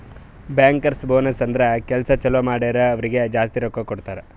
bankers bonus ಅಂದುರ್ ಕೆಲ್ಸಾ ಛಲೋ ಮಾಡುರ್ ಅವ್ರಿಗ ಜಾಸ್ತಿ ರೊಕ್ಕಾ ಕೊಡ್ತಾರ್